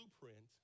blueprint